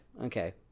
okay